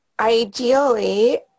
Ideally